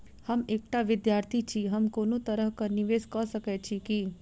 हम एकटा विधार्थी छी, हम कोनो तरह कऽ निवेश कऽ सकय छी की?